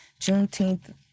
Juneteenth